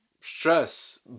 stress